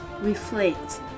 reflect